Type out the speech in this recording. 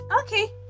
Okay